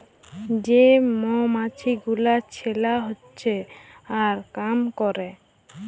যে মমাছি গুলা ছেলা হচ্যে আর কাম ক্যরে